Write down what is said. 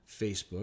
Facebook